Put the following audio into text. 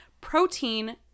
protein